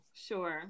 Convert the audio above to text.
Sure